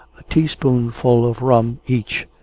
a teaspoonful of rum each,